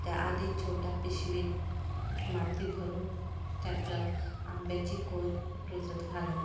त्या आधी छोट्या पिशवीत माती भरून त्यातल्या आंब्याची कोय रुजत घालून